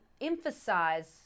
emphasize